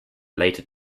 later